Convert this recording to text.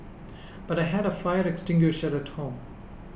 but I had a fire extinguisher at home